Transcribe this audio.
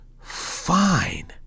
fine